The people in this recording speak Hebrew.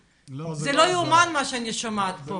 זה לא ייאמן מה שאני שומעת פה.